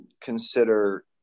consider